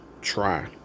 try